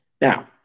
Now